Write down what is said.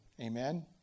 Amen